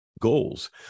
goals